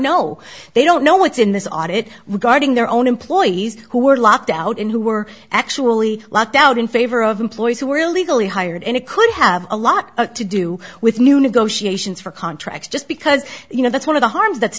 know they don't know what's in this audit regarding their own employees who were locked out and who were actually locked out in favor of employees who were illegally hired and it could have a lot to do with new negotiations for contracts just because you know that's one of the harms that's